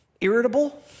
Irritable